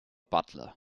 butler